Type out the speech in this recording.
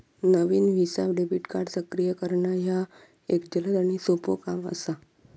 नवीन Visa debit card सक्रिय करणा ह्या एक जलद आणि सोपो काम असा